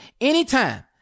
anytime